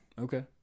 Okay